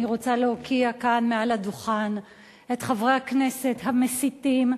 אני רוצה להוקיע כאן מעל הדוכן את חברי הכנסת המסיתים,